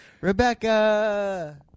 Rebecca